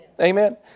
Amen